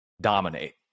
dominate